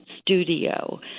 studio